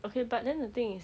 okay but then the thing is